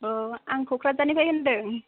अ आं क'क्राझारनिफ्राय होन्दों